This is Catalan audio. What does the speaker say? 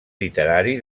literari